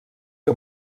que